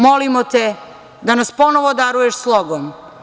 Molimo te da nas ponovo daruješ slogom.